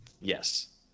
Yes